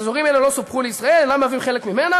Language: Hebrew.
אז השטחים האלה לא סופחו לישראל ואינם חלק ממנה.